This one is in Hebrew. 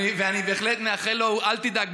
אל תדאג,